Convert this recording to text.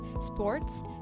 sports